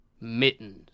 Mittens